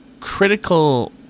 Critical